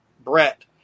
Brett